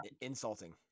insulting